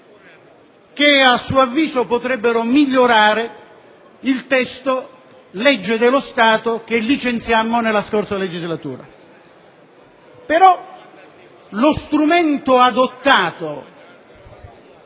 che a suo avviso potrebbero migliorare il testo, legge dello Stato, che licenziammo nella scorsa legislatura. Lo strumento però adottato